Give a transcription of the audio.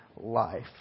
life